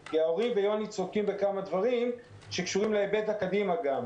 כי ההורים ויוני בן דור צודקים בכמה דברים שקשורים גם לראייה קדימה.